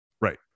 right